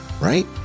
right